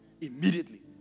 Immediately